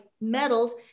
medals